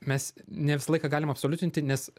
mes ne visą laiką galima absoliutinti nes